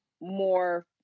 more